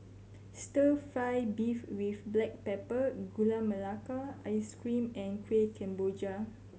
Stir Fry beef with black pepper Gula Melaka Ice Cream and Kuih Kemboja